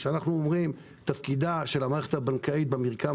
כשאנחנו מדברים על תפקידה של המערכת הבנקאית במרקם